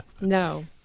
No